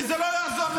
וזה לא יעזור לך.